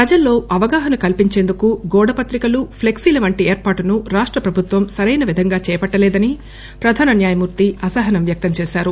ప్రజల్లో అవగాహన కల్పించేందుకు గోడ పత్రికలు ప్లెక్సీల వంటి ఏర్పాట్లను రాష్ట ప్రభుత్వం సరైన విధంగా చేపట్టలేదని ప్రధాన న్యాయమూర్తి అసహనం వ్యక్తం చేసారు